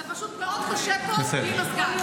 זה פשוט מאוד קשה פה בלי מזגן.